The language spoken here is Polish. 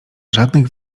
żadnych